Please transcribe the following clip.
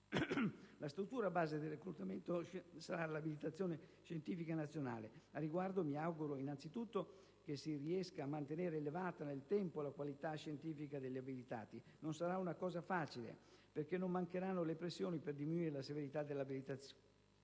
La struttura base del reclutamento sarà l'abilitazione scientifica nazionale. Al riguardo mi auguro innanzitutto che si riesca a mantenere elevata nel tempo la qualità scientifica degli abilitati. Non sarà una cosa facile, perché non mancheranno le pressioni per diminuire la severità dell'abilitazione.